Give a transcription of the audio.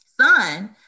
son